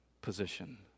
position